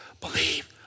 believe